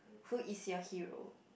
who is your hero